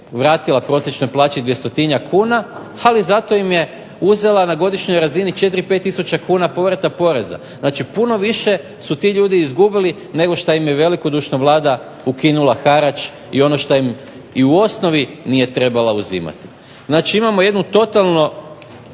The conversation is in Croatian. vratila prosječne plaće 200-tinjak kuna ali im je zato uzela na godišnjoj razini 4, 5 tisuća kuna povrata poreza. Znači puno više su ti ljudi izgubili nego što im je velikodušno Vlada ukinula harač i ono što im u osnovi nije trebala uzimati. Znači imamo jednu totalno